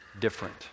different